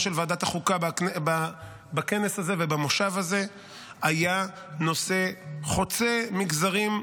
של ועדת החוקה בכנס הזה ובמושב הזה היה נושא חוצה מגזרים,